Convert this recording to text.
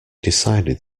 decided